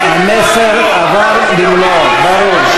המסר עבר במלואו, ברור.